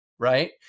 Right